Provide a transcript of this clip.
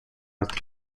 altre